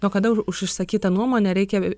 nuo kada už išsakytą nuomonę reikia